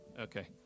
Okay